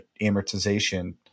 amortization